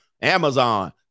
Amazon